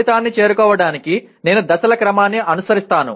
ఫలితాన్ని చేరుకోవడానికి నేను దశల క్రమాన్ని అనుసరిస్తాను